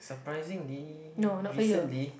surprisingly recently